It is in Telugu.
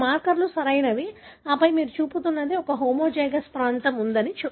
ఇవి మార్కర్లు సరియైనవి ఆపై మీరు చూపుతున్నది ఒక హోమోజైగస్ ప్రాంతం ఉందని